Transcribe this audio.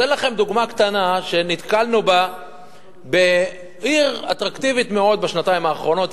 אתן לכם דוגמה קטנה שנתקלנו בה בעיר אטרקטיבית מאוד בשנתיים האחרונות,